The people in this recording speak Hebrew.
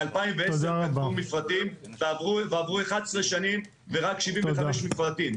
מ-2010 כתבו מפרטים ועברו 11 שנים ורק 75 מפרטים.